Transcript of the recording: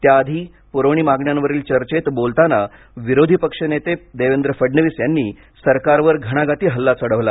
त्या आधी पुरवणी मागण्यांवरील चर्चेत बोलताना विरोधी पक्षनेते देवेंद्र फडणवीस यांनी सरकारवर घणाघाती हल्ला चढवला